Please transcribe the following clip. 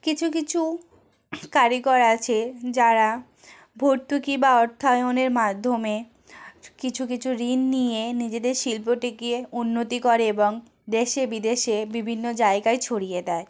কিছু কিছু কারিগর আছে যারা ভর্তুকি বা অর্থায়নের মাধ্যমে কিছু কিছু ঋণ নিয়ে নিজেদের শিল্প টিকিয়ে উন্নতি করে এবং দেশে বিদেশে বিভিন্ন জায়গায় ছড়িয়ে দেয়